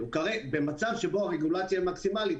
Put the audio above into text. במצב שהרגולציה היא מקסימלית,